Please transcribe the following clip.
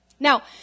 Now